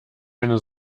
eine